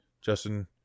Justin